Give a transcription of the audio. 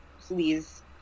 please